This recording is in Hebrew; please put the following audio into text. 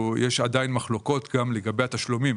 יש גם עדיין מחלוקות לגבי התשלומים.